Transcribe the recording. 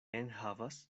enhavas